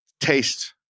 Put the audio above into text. taste